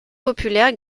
populaire